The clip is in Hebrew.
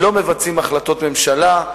לא מבצעים החלטות ממשלה.